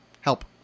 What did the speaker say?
help